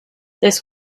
this